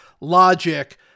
logic